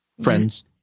Friends